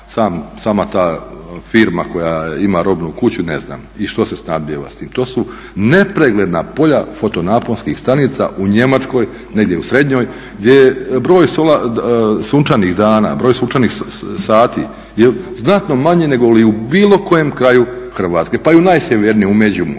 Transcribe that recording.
sama ta firma koja ima robnu kuću ne znam i što se snabdijeva s tim. To su nepregledna polja foto naponskih stanica u Njemačkoj, negdje u srednjoj gdje broj sunčanih dana, broj sunčanih sati je znatno manji negoli u bilo kojem kraju Hrvatske pa i u najsjevernijem